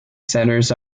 centers